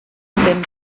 dem